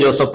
Joseph